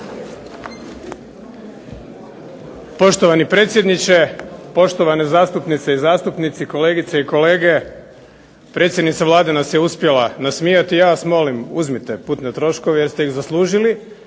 Poštovani predsjedniče, poštovane zastupnice i zastupnici, kolegice i kolege. Predsjednica Vlade nas je uspjela nasmijati. Ja vas molim uzmite putne troškove jer ste ih zaslužili